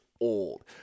old